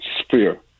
sphere